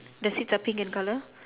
the seats are pink in colour